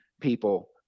people